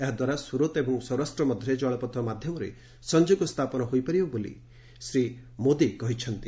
ଏହାଦ୍ୱାରା ସୁରତ୍ ଏବଂ ସୌରାଷ୍ଟ୍ର ମଧ୍ୟରେ ଜଳପଥ ମାଧ୍ୟମରେ ସଂଯୋଗ ସ୍ଥାପନ ହୋଇପାରିବ ବୋଲି ଶ୍ରୀ ମୋଦି କହିଛନ୍ତି